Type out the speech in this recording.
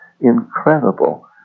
incredible